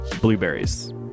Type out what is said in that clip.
Blueberries